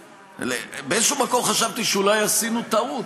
באיזשהו מקום חשבתי שאולי עשינו טעות,